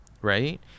right